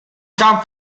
san